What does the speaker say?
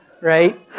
Right